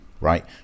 right